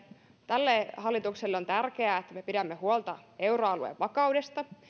tälle hallitukselle on tärkeää että me pidämme huolta euroalueen vakaudesta